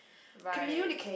right